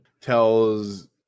tells